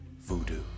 voodoo